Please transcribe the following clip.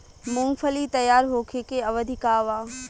मूँगफली तैयार होखे के अवधि का वा?